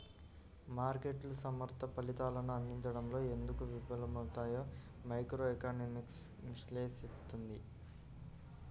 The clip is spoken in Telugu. మార్కెట్లు సమర్థ ఫలితాలను అందించడంలో ఎందుకు విఫలమవుతాయో మైక్రోఎకనామిక్స్ విశ్లేషిస్తుంది